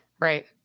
Right